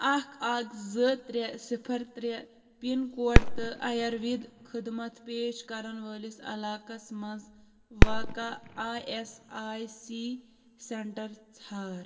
اَکھ اَکھ زٕ ترٛےٚ صِفر ترٛےٚ پِن کوڈ تہٕ آیوروید خدمت پیش کرن وٲلِس علاقس مَنٛز واقع I S I C centre ژھانڑ